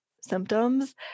symptoms